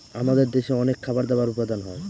আমাদের দেশে অনেক খাবার দাবার উপাদান হয়